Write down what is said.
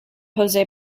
jose